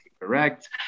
correct